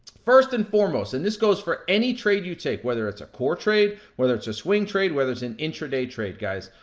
first and foremost, and this goes for any trade you take, whether it's a core trade, whether it's a swing trade, whether it's an intraday trade, guys.